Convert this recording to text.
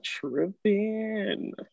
tripping